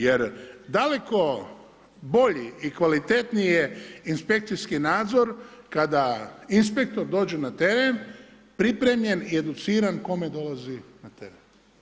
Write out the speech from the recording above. Jer daleko bolji i kvalitetniji je inspekcijski nadzor kada inspektor dođe na teren, pripremljen i educiran kome dolazi na teren.